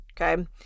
okay